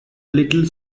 little